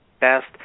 best